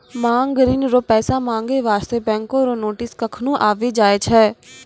मांग ऋण रो पैसा माँगै बास्ते बैंको रो नोटिस कखनु आबि जाय छै